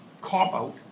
cop-out